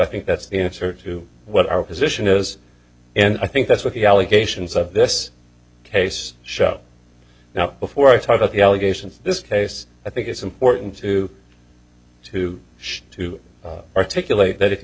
think that's the answer to what our position is and i think that's what the allegations of this case show now before i talk about the allegations this case i think it's important to to show to articulate that if you